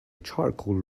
charcoal